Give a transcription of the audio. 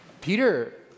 Peter